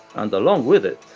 and along with it,